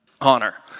Honor